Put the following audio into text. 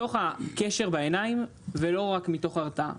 מתוך הקשר בעיניים ולא רק מתוך הרתעה.